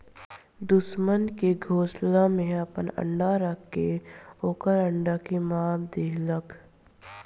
दुश्मन के घोसला में आपन अंडा राख के ओकर अंडा के मार देहलखा